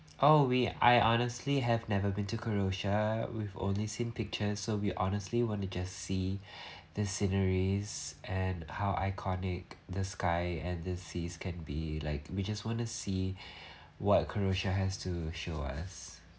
oh we I honestly have never been to croatia we've only seen pictures so we honestly want to just see the sceneries and how iconic the sky and the seas can be like we just want to see what croatia has to show us